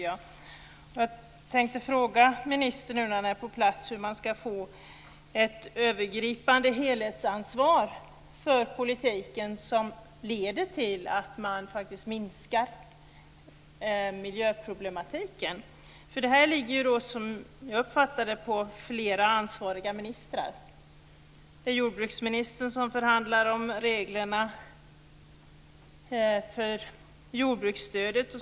Jag tänkte fråga ministern, när hon nu är på plats, hur man ska få ett övergripande helhetsansvar för politiken som leder till att man faktiskt minskar miljöproblematiken. Det här ligger ju, som jag uppfattar det, på flera ansvariga ministrar. Det är jordbruksministern som förhandlar om reglerna för jordbruksstödet.